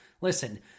Listen